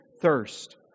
thirst